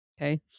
okay